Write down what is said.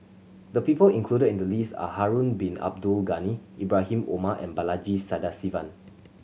the people included in the list are Harun Bin Abdul Ghani Ibrahim Omar and Balaji Sadasivan